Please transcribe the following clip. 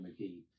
McGee